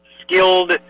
skilled